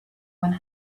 one